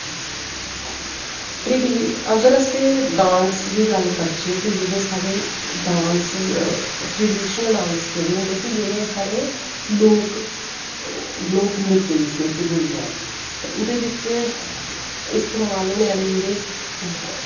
अगर अस डांस दी गल्ल करचै ते जेह्ड़े साढ़े डांस ट्रडिशनल डांस केह्ड़े होंदे कि जेह्ड़े लोक नृत्य जिसी अस बोलने आं ते ओह्दे बिच्च इस्तेमाल होनें आह्ले जेह्ड़े